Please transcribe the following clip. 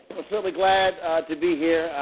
but certainly glad to be here.